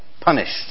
punished